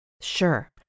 Sure